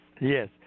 Yes